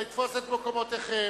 לתפוס את מקומותיכם,